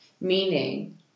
Meaning